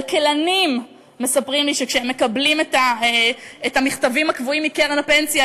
כלכלנים מספרים לי שכשהם מקבלים את המכתבים הקבועים מקרן הפנסיה,